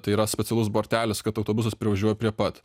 tai yra specialus bortelis kad autobusas privažiuoja prie pat